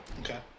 Okay